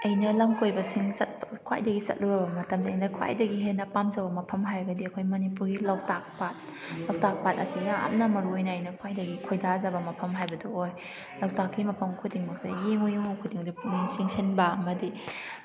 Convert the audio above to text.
ꯑꯩꯅ ꯂꯝ ꯀꯣꯏꯕꯁꯤꯡ ꯆꯠꯄ ꯈ꯭ꯋꯥꯏꯗꯒꯤ ꯆꯠꯂꯨꯔꯕ ꯃꯇꯝꯗ ꯑꯩꯅ ꯈ꯭ꯋꯥꯏꯗꯒꯤ ꯍꯦꯟꯅ ꯄꯥꯝꯖꯕ ꯃꯐꯝ ꯍꯥꯏꯔꯒꯗꯤ ꯑꯩꯈꯣꯏ ꯃꯅꯤꯄꯨꯔꯒꯤ ꯂꯣꯛꯇꯥꯛ ꯄꯥꯠ ꯂꯣꯛꯇꯥꯛ ꯄꯥꯠ ꯑꯁꯤꯅ ꯌꯥꯝꯅ ꯃꯔꯨ ꯑꯣꯏꯅ ꯑꯩꯅ ꯈ꯭ꯋꯥꯏꯗꯒꯤ ꯈꯣꯏꯗꯖꯕ ꯃꯐꯝ ꯍꯥꯏꯕꯗꯨ ꯑꯣꯏ ꯂꯣꯛꯇꯥꯛꯀꯤ ꯃꯐꯝ ꯈꯨꯗꯤꯡꯃꯛꯁꯦ ꯌꯦꯡꯉꯨ ꯌꯦꯡꯉꯨ ꯈꯨꯗꯤꯡꯗ ꯄꯨꯛꯅꯤꯡ ꯆꯤꯡꯁꯤꯟꯕ ꯑꯃꯗꯤ